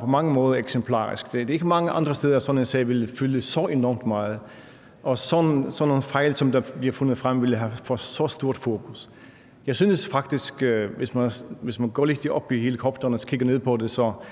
på mange måder er eksemplarisk. Det er ikke mange andre steder, sådan en sag ville fylde så enormt meget, og at sådan nogle fejl, som der bliver fundet frem, ville få så stort fokus. Jeg synes faktisk, at hvis man går lidt op i helikopteren og kigger ned på det, er